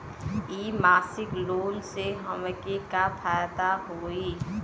इ मासिक लोन से हमके का फायदा होई?